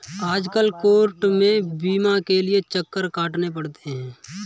आजकल कोर्ट में बीमा के लिये चक्कर काटने पड़ते हैं